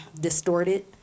distorted